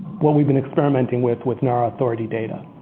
what we've been experimenting with with nara authority data.